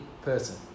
person